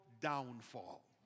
downfall